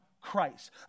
christ